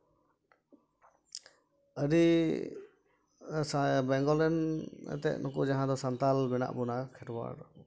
ᱟᱹᱰᱤ ᱥᱟᱭ ᱵᱮᱝᱜᱚᱞ ᱨᱮᱱ ᱮᱱᱛᱮᱫ ᱱᱩᱠᱩ ᱡᱟᱦᱟᱸᱭ ᱫᱚ ᱥᱟᱱᱛᱟᱞ ᱢᱮᱱᱟᱜ ᱵᱚᱱᱟ ᱠᱷᱮᱨᱣᱟᱲ